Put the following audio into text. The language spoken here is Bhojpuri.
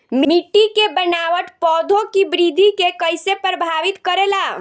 मिट्टी के बनावट पौधों की वृद्धि के कईसे प्रभावित करेला?